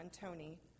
Tony